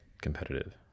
competitive